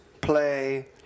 Play